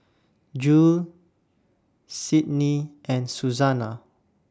Jule Sydnie and Suzanna